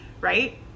right